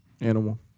Animal